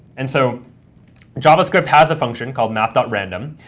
and so javascript has a function called math random.